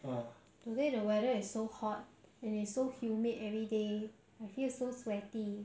mm to be honest the fan doesn't really do very much because your place is just as humid